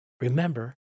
Remember